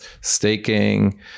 staking